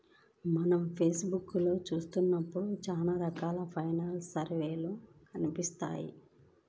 మనం ఫేస్ బుక్కులో చూత్తన్నప్పుడు చానా రకాల ఫైనాన్స్ సర్వీసులు కనిపిత్తాయి